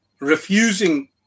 refusing